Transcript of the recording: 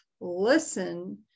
listen